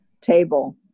table